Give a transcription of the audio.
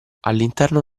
all’interno